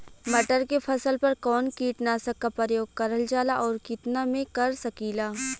मटर के फसल पर कवन कीटनाशक क प्रयोग करल जाला और कितना में कर सकीला?